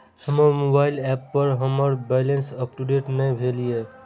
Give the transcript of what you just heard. हमर mobile app पर हमर बैलेंस अपडेट ने भेल या